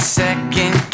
second